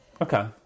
okay